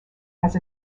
has